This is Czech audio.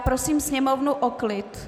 Prosím Sněmovnu o klid!